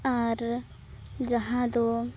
ᱟᱨ ᱡᱟᱦᱟᱸ ᱫᱚ